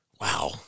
Wow